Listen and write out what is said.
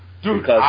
Dude